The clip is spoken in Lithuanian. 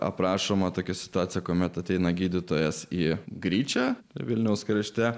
aprašoma tokia situacija kuomet ateina gydytojas į gryčią vilniaus krašte